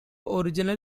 original